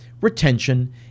retention